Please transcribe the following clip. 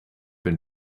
been